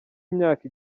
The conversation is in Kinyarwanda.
imyaka